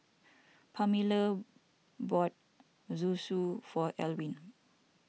Pamelia bought Zosui for Elwin